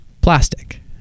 Plastic